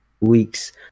weeks